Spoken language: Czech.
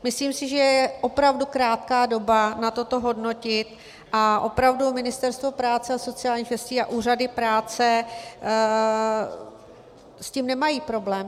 Myslím si, že je opravdu krátká doba na to hodnotit to a opravdu Ministerstvo práce a sociálních věcí a úřady práce s tím nemají problém.